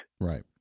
Right